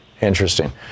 Interesting